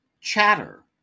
Chatter